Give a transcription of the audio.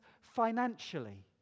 financially